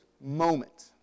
moment